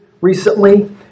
recently